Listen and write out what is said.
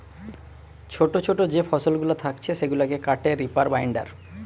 ছোটো ছোটো যে ফসলগুলা থাকছে সেগুলাকে কাটে রিপার বাইন্ডার